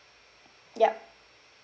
yup